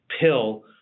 pill –